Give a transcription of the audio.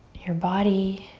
your body